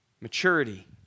Maturity